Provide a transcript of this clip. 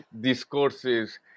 discourses